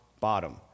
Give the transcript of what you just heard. bottom